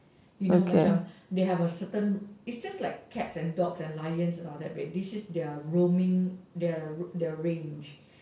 you know macam they have a certain it's just like cats and dogs and lions and all that this is their roaming this is their range